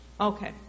Okay